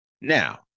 Now